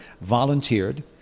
volunteered